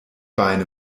beine